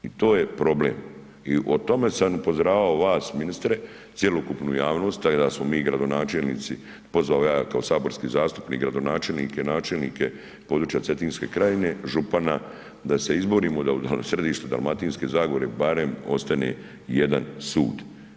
I to je problem i o tome sam upozoravao vas ministre, cjelokupnu javnost tak da smo mi gradonačelnici, pozvao ja kao saborski zastupnik gradonačelnike, načelnike područja Cetinske krajine, župana da se izborimo da u središtu Dalmatinske zagore barem ostane jedan sud.